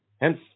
hence